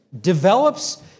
develops